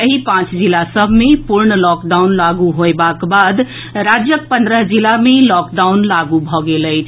एहि पांच जिला सभ मे पूर्ण लॉकडाउन लागू होयबाक बाद राज्यक पन्द्रह जिला मे लॉकडाउन लागू भऽ गेल अछि